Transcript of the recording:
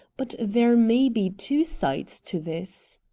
but there may be two sides to this.